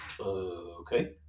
okay